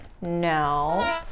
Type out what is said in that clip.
No